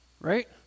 right